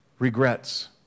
regrets